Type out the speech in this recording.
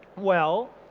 well,